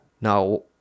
Now